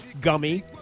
gummy